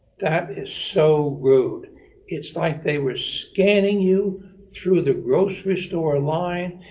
that so rude it's like they were scanning you through the grocery store line.